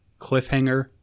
Cliffhanger